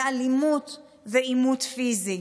לאלימות ועימות פיזי.